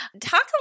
Talk